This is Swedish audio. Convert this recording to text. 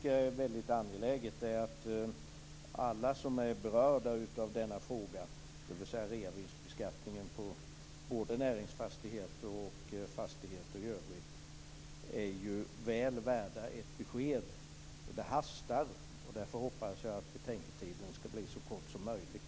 Vad som är väldigt angeläget tycker jag är att alla som är berörda av frågan om reavinstbeskattningen vad gäller både näringsfastigheter och fastigheter i övrigt är väl värda ett besked. Det hastar. Därför hoppas jag att betänketiden blir så kort som möjligt.